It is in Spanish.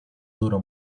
duró